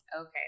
Okay